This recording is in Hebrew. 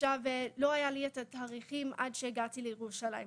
לא היו לי את התאריכים עד שהגעתי לירושלים.